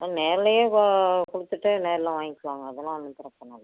நேர்லேயே கு கொடுத்துட்டு நேரில் வாங்கிக்கிலாங்க அதெல்லாம் ஒன்றும் பிரச்சின இல்லை